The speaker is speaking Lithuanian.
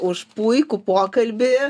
už puikų pokalbį